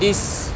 this